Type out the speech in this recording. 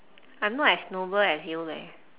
I'm not as noble as you leh